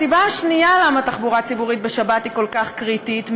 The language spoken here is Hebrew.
הסיבה השנייה לכך שתחבורה ציבורית בשבת כל כך קריטית,